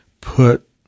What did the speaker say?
put –